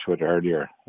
earlier